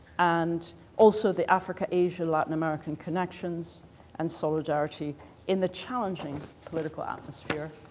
and also the africa, asia, latin american connections and solidarity in the challenging political atmosphere